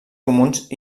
comuns